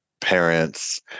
parents